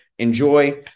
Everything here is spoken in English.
Enjoy